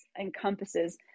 encompasses